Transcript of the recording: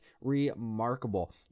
remarkable